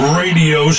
radio